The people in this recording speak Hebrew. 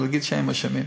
להגיד שהם אשמים.